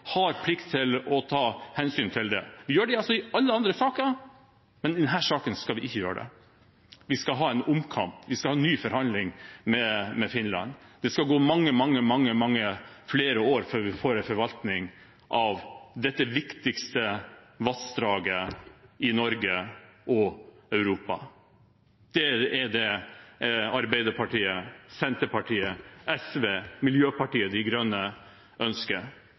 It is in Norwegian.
gjør det i alle andre saker, men i denne saken skal vi ikke gjøre det. Vi skal ha en omkamp, vi skal ha nye forhandlinger med Finland, og det skal gå mange flere år før vi får en forvaltning av dette viktigste vassdraget i Norge og Europa. Det er det Arbeiderpartiet, Senterpartiet, SV og Miljøpartiet De Grønne ønsker.